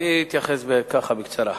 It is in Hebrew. אני אתייחס בקצרה: